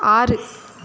ஆறு